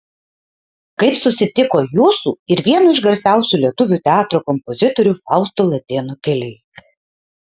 kaip susitiko jūsų ir vieno iš garsiausių lietuvių teatro kompozitorių fausto latėno keliai